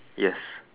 yes